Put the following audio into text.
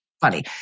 funny